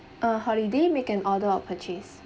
uh holiday make an order or purchase